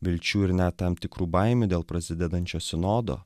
vilčių ir net tam tikrų baimių dėl prasidedančio sinodo